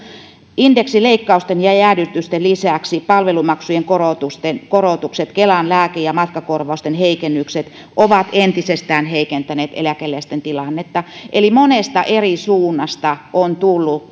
indeksileikkausten ja jäädytysten lisäksi palvelumaksujen korotukset ja kelan lääke ja matkakorvausten heikennykset ovat entisestään heikentäneet eläkeläisten tilannetta eli monesta eri suunnasta on tullut